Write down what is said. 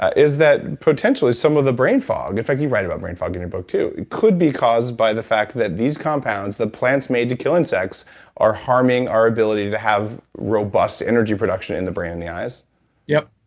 is that potentially some of the brain fog, in fact, you write about brain fog in your book too. it could be caused by the fact that these compounds that plants made to kill insects are harming our ability to have robust energy production in the brain and the eyes yep,